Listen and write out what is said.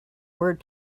word